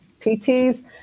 PTs